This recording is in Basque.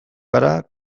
gara